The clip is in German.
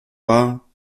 war